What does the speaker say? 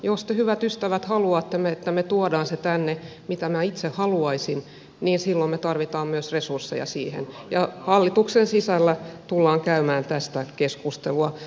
jos te hyvät ystävät haluatte että me tuomme sen tänne mitä minä itse haluaisin niin silloin me tarvitsemme myös resursseja siihen ja hallituksen sisällä tullaan käymään tästä keskustelua